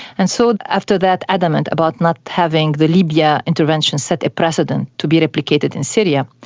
and so after that adamant about not having the libya intervention set a precedent to be replicated in syria.